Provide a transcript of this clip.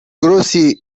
grossier